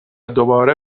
دوباره